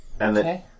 Okay